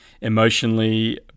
emotionally